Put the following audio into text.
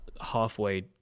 halfway